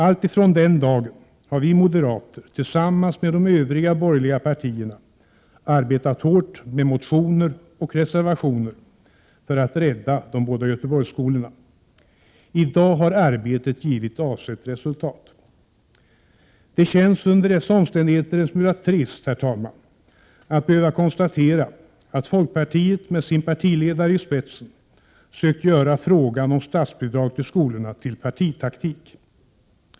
Alltifrån den dagen har vi moderater tillsammans med de övriga borgerliga partierna arbetat hårt med motioner och reservationer för att rädda de båda Göteborgsskolorna. I dag har arbetet givit avsett resultat. Det känns under dessa omständigheter trist, herr talman, att behöva konstatera att folkpartiet med sin partiledare i spetsen sökt göra frågan om statsbidrag till skolorna till partitaktik.